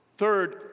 Third